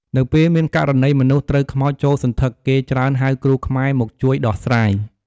នៅពេលមានករណីមនុស្សត្រូវខ្មោចចូលសណ្ឋិតគេច្រើនហៅគ្រូខ្មែរមកជួយដោះស្រាយ។